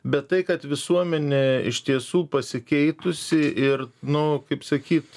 bet tai kad visuomenė iš tiesų pasikeitusi ir nu kaip sakyt